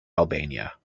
albania